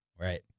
Right